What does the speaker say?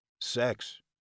Sex